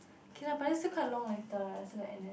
okay lah but then still quite long later right still got N_S